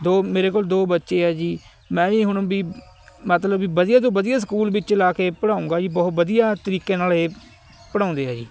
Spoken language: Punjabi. ਦੋ ਮੇਰੇ ਕੋਲ ਦੋ ਬੱਚੇ ਆ ਜੀ ਮੈਂ ਵੀ ਹੁਣ ਵੀ ਮਤਲਬ ਵੀ ਵਧੀਆ ਤੋਂ ਵਧੀਆ ਸਕੂਲ ਵਿੱਚ ਲਾ ਕੇ ਪੜਾਉਂਗਾ ਜੀ ਬਹੁਤ ਵਧੀਆ ਤਰੀਕੇ ਨਾਲ ਇਹ ਪੜਾਉਂਦੇ ਆ ਜੀ